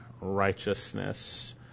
righteousness